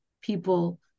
people